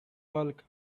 bulk